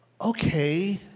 okay